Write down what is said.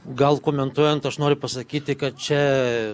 gal komentuojant aš noriu pasakyti kad čia